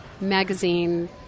magazine